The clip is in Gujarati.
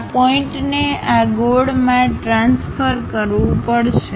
આ પોઇન્ટને આ ગોળમાં ટ્રાન્સફર કરવું પડશે